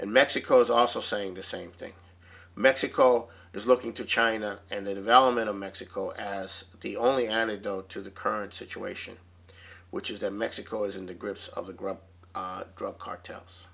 and mexico is also saying the same thing mexico is looking to china and the development of mexico as the only antidote to the current situation which is that mexico is in the grips of the growing drug cartels